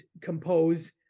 compose